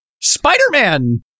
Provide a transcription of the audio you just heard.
spider-man